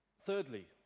Thirdly